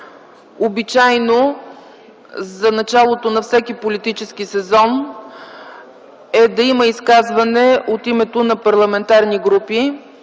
обичайно за началото на всеки политически сезон е да има изказвания от името на парламентарните групи.